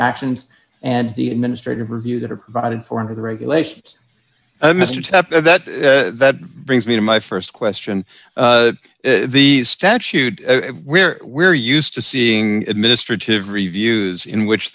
actions and the administrative review that are provided for under the regulations mr tepper that brings me to my st question the statute where we're used to seeing administrative reviews in which